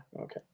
okay